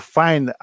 find